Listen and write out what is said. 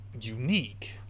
unique